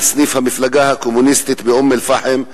סניף המפלגה הקומוניסטית באום-אל-פחם.